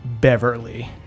Beverly